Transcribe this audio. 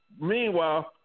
Meanwhile